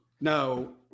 No